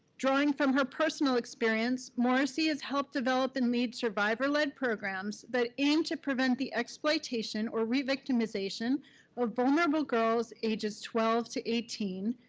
drawing from her personal experience, morrissey has helped develop and lead survivor-led programs that aim to prevent the exploitation or revictimization of vulnerable girls ages twelve to eighteen,